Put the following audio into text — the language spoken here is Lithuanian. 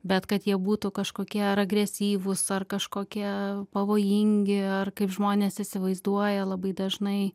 bet kad jie būtų kažkokie ar agresyvūs ar kažkokie pavojingi ar kaip žmonės įsivaizduoja labai dažnai